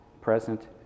present